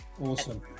Awesome